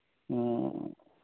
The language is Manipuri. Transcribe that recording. ꯑꯣ